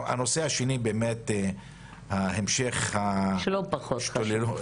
הנושא השני, באמת המשך --- שהוא לא פחות חשוב.